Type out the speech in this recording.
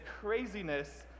craziness